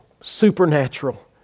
supernatural